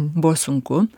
buvo sunku